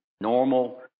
normal